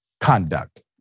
conduct